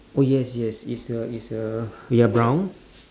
oh yes yes it's a it's a ya brown